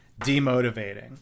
demotivating